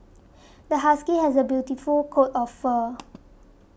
this husky has a beautiful coat of fur